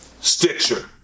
Stitcher